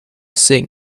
sing